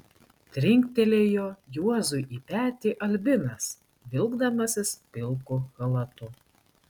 trinktelėjo juozui į petį albinas vilkdamasis pilku chalatu